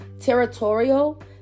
territorial